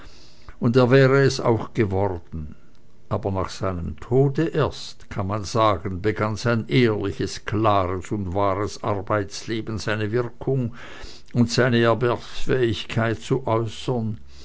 und er wäre es auch geworden aber nach seinem tode erst kann man sagen begann sein ehrliches klares und wahres arbeitsleben seine wirkung und seine erwerbsfähigkeit zu äußern